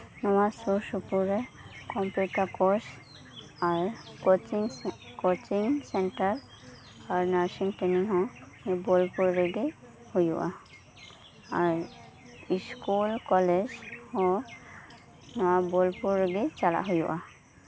ᱱᱚᱶᱟ ᱥᱳᱨ ᱥᱳᱯᱳᱨ ᱨᱮ ᱠᱚᱢᱯᱤᱭᱩᱴᱟᱨ ᱠᱳᱨᱥ ᱟᱨ ᱠᱳᱪᱤᱝ ᱠᱳᱪᱤᱝ ᱥᱮᱱᱴᱟᱨ ᱟᱨ ᱱᱟᱨᱥᱤᱝ ᱴᱨᱮᱱᱤᱝ ᱦᱚᱸ ᱵᱳᱞᱯᱩᱨ ᱨᱮᱜᱮ ᱦᱳᱭᱳᱜᱼᱟ ᱟᱨ ᱥᱠᱩᱞ ᱠᱚᱞᱮᱡᱽ ᱦᱚᱸ ᱱᱚᱶᱟ ᱵᱳᱞᱯᱩᱨ ᱨᱮᱜᱮ ᱪᱟᱞᱟᱜ ᱦᱳᱭᱳᱜᱼᱟ